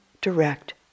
direct